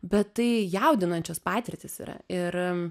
bet tai jaudinančios patirtys yra ir